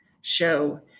show